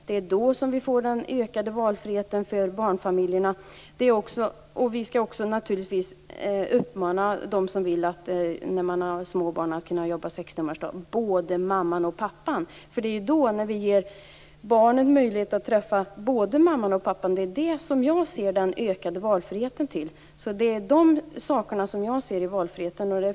Det är då som vi får den ökade valfriheten för barnfamiljerna. Vi skall naturligtvis också uppmana de som har små barn att jobba sextimmarsdag, dvs. både mamman och pappan. Det är när barnen får möjlighet att träffa både mamma och pappa som vi ger ökad valfrihet. Det är de här sakerna jag ser i valfriheten.